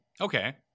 Okay